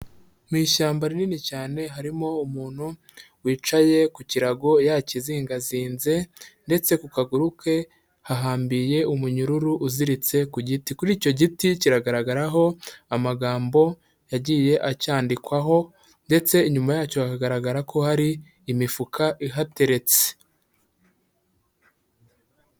Mu ishyamba rinini cyane harimo umuntu wicaye ku kirago yakizingazinze, ndetse ku kaguru ke hahabiriye umunyururu uziritse ku giti, kuri icyo giti kiragaragaraho amagambo agiye acyandikwaho, ndetse inyuma yacyo hakagaragara ko hari imifuka ihateretse.